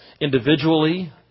individually